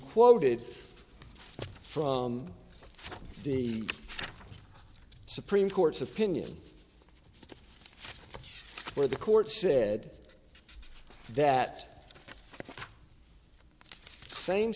quoted from the supreme court's opinion where the court said that same